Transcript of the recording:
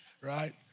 right